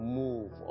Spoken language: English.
move